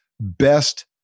best